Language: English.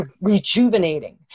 rejuvenating